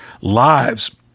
lives